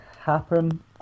happen